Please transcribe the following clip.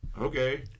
Okay